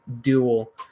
dual